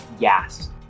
gas